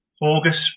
August